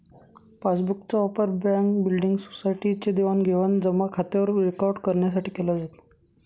passbook चा वापर bank, building, society चे देवाणघेवाण जमा खात्यावर रेकॉर्ड करण्यासाठी केला जातो